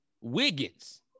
Wiggins